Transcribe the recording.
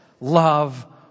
Love